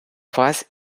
вас